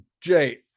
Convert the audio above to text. Jay